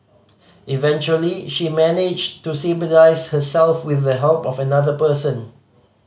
eventually she managed to herself with the help of another person